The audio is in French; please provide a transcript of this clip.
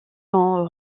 sont